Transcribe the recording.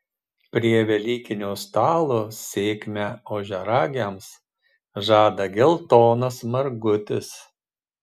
prie velykinio stalo sėkmę ožiaragiams žada geltonas margutis